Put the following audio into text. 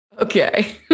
Okay